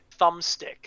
thumbstick